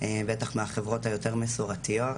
ובטח מהחברות היותר מסורתיות